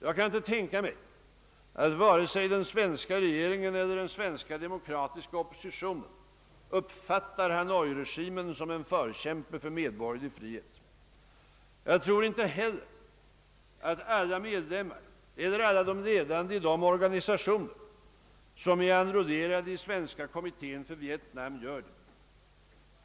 Jag kan inte tänka mig att vare sig den svenska regeringen eller den svenska demokratiska oppositionen uppfattar hanoiregimen som en förkämpe för medborgerlig frihet. Jag tror inte heller att alla medlemmar eller alla de ledande i de organisationer, som är enrollerade i Svenska kommittén för Vietnam gör det.